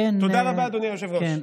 תודה רבה, אדוני היושב-ראש.